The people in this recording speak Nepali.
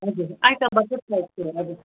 हजुर आइतबार चाहिँ फर्स्ट डे हो हजुर